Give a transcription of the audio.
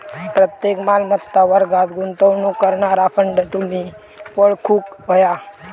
प्रत्येक मालमत्ता वर्गात गुंतवणूक करणारा फंड तुम्ही ओळखूक व्हया